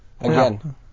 Again